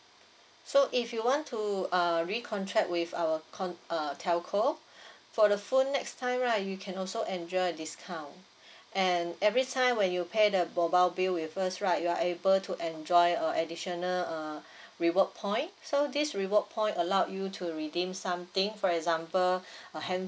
so if you want to uh recontract with our con~ uh telco for the phone next time right you can also enjoy a discount and every time when you pay the mobile bill with us right you are able to enjoy uh additional uh reward point so this reward point allow you to redeem something for example a hand